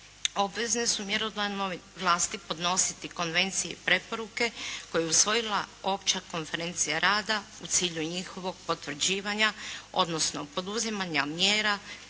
obvezne su mjerodavnoj vlasti podnositi konvencije i preporuke koje je usvojila Opća konferencija rada u cilju njihovog potvrđivanja, odnosno poduzimanja mjera